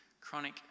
chronic